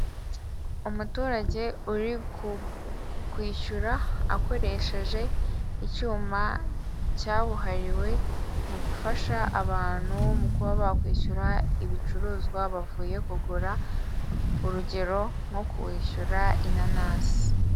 Umuturage uri kwishyura akoresheje icyuma cyabuhariwe mugufasha abantu mu kuba bakwishyura ibicuruzwa bavuye kugura, urugero nko kwishyura inanasi.